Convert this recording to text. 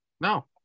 No